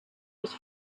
was